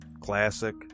classic